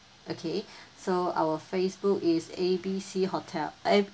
okay so our facebook is A B C hotel eh